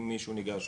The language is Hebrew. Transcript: אם מישהו ניגש,